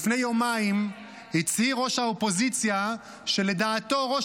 לפני יומיים הצהיר ראש האופוזיציה שלדעתו ראש